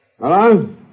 Hello